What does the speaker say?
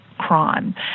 crime